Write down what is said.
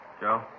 Joe